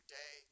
day